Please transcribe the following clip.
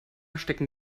stecken